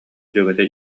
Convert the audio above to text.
дьүөгэтэ